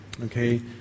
okay